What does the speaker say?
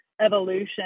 evolution